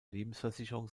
lebensversicherung